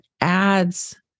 adds